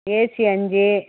AC அஞ்சு